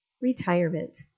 Retirement